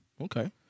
Okay